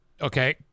Okay